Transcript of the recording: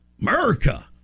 America